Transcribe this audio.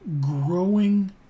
growing